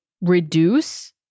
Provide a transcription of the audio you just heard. reduce